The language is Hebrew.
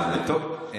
טוב.